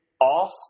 off